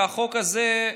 והחוק הזה,